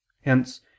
hence